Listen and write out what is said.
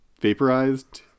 vaporized